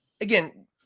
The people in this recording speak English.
again